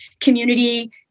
community